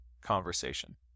conversation